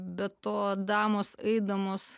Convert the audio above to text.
be to damos eidamos